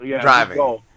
driving